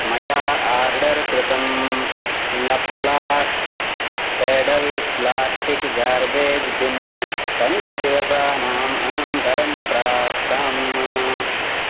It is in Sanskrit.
मया आर्डर् कृतं लप्लास्ट् पेडल् प्लास्टिक् गार्बेज् बिन् पञ्चदिवसानाम् अनन्तरं प्राप्तम्